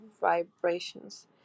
vibrations